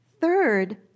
Third